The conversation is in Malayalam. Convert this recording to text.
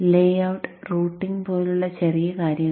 ലേഔട്ട് റൂട്ടിംഗ് പോലുള്ള ചെറിയ കാര്യങ്ങൾ